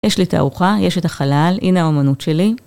יש לי את הארוחה, יש את החלל, הנה האמנות שלי.